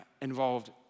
involved